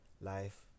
Life